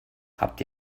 habt